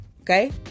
Okay